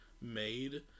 made